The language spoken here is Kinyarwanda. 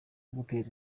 guteza